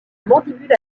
mandibule